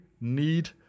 need